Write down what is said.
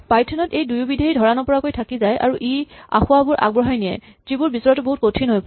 Python ত এই দুয়োবিধেই ধৰা নপৰাকৈ থাকি যায় আৰু ই আসোঁৱাহবোৰ আগবঢ়াই নিয়ে যিবোৰ বিচৰাটো বহুত কঠিন হৈ পৰে